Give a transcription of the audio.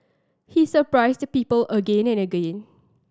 he surprised people again and again